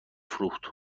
فروخت